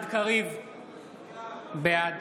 בעד